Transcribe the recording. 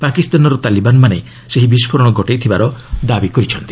ପାକିସ୍ତାନର ତାଲିବାନମାନେ ଏହି ବିସ୍କୋରଣ ଘଟାଇଥିବାର ଦାବି କରିଛନ୍ତି